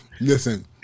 listen